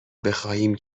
بخواهیم